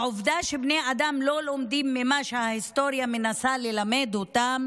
העובדה שבני אדם לא לומדים ממה שההיסטוריה מנסה ללמד אותם